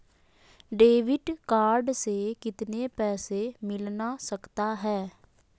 Debit card से कितने पैसे मिलना सकता हैं?